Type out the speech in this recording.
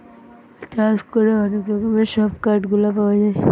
চাষ করে অনেক রকমের সব কাঠ গুলা পাওয়া যায়